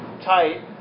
tight